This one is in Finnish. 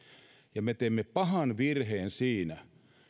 me teemme pahan virheen siinä